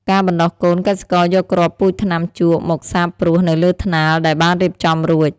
ការបណ្ដុះកូន កសិករយកគ្រាប់ពូជថ្នាំជក់មកសាបព្រោះនៅលើថ្នាលដែលបានរៀបចំរួច។